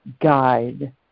guide